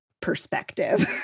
perspective